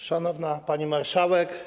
Szanowna Pani Marszałek!